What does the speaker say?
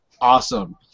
Awesome